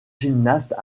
gymnastes